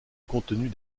contenu